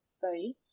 sorry